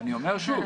אני אומר שוב.